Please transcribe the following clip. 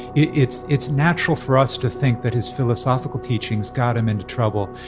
it's it's natural for us to think that his philosophical teachings got him into trouble.